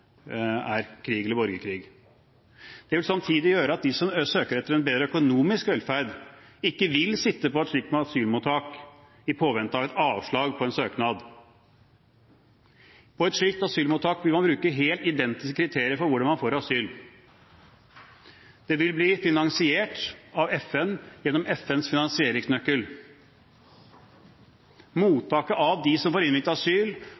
er krig eller borgerkrig. Det vil samtidig gjøre at de som søker etter en bedre økonomisk velferd, ikke vil sitte på et slikt asylmottak i påvente av et avslag på en søknad. På et slikt asylmottak ville man bruke helt identiske kriterier for hvordan man får asyl. Det vil bli finansiert av FN gjennom FNs finansieringsnøkkel. Mottaket av dem som får innvilget asyl,